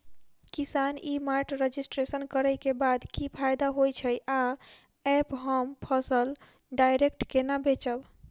किसान e mart registration करै केँ बाद की फायदा होइ छै आ ऐप हम फसल डायरेक्ट केना बेचब?